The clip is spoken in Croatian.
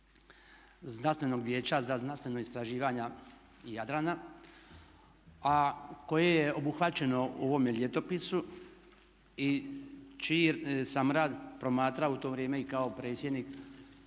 Znanstvenog vijeća za znanstveno istraživanje Jadrana, a koje je obuhvaćeno u ovome Ljetopisu i čiji sam rad promatrao u to vrijeme i kao predsjednik